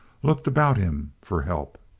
looked about him for help.